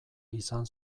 izan